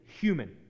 human